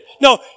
No